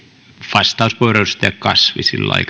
vastauspuheenvuoro edustaja kasvi sillä